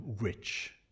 rich